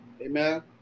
Amen